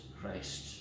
Christ